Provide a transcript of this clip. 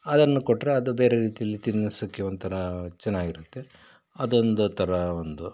ಅದನ್ನು ಕೊಟ್ರೆ ಅದು ಬೇರೆ ರೀತಿಯಲ್ಲಿ ತಿನ್ನಿಸೋಕ್ಕೆ ಒಂಥರ ಚೆನ್ನಾಗಿರುತ್ತೆ ಅದೊಂದು ಥರ ಒಂದು